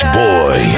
boy